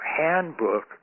handbook